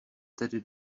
tedy